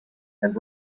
and